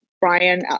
brian